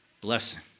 blessing